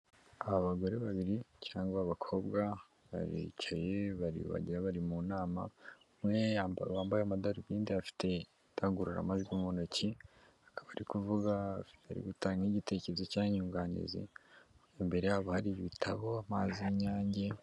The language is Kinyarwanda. Aba bagore babiri cyangwa abakobwa baricaye bari, wagira bari mu nama. Umwe wambaye amadarubindi afite idangururamajwi mu ntoki, akaba arikuvuga, arigutanga nk'igitekerezo cyangwa inyunganizi. Imbere yabo hari ibitabo amazi y'inyange.